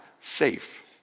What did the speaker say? safe